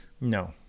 No